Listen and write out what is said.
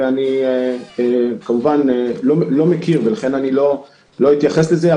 ואני כמובן לא מכיר ולכן לא אתייחס לזה,